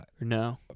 No